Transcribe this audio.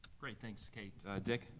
great, thanks, kate. dick.